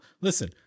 Listen